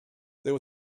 there